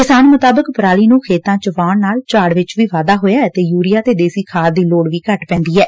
ਕਿਸਾਨ ਮੁਤਾਬਿਕ ਪਰਾਲੀ ਨੂੰ ਖੇਤਾਂ ਚ ਵਾਹਣ ਨਾਲ ਝਾੜ ਵਿਚ ਵੀ ਵਾਧਾ ਹੋਇਐ ਅਤੇ ਯੂਰੀਆ ਤੇ ਦੇਸੀ ਖਾਦ ਦੀ ਲੋੜ ਵੀ ਘੱਟ ਪੈਂਦੀ ਐ